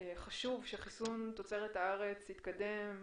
שחשוב שחיסון תוצרת הארץ יתקדם,